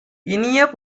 இனிய